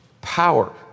Power